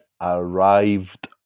arrived